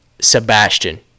Sebastian